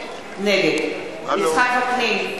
נגד יצחק וקנין,